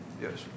Yes